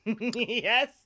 yes